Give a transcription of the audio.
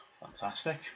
Fantastic